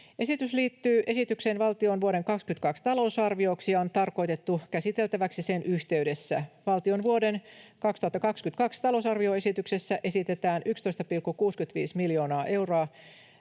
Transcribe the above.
Esitys liittyy esitykseen valtion vuoden 2022 talousarvioksi ja on tarkoitettu käsiteltäväksi sen yhteydessä. Valtion vuoden 2022 talousarvioesityksessä esitetään 11,65 miljoonan euron